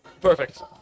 perfect